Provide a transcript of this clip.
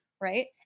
Right